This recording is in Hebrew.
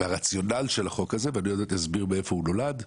הרציונל שלו, ואני אסביר מאיפה הוא נולד,